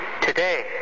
Today